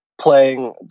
playing